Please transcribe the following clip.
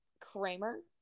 Kramer